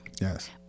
Yes